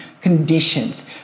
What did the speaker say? conditions